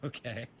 Okay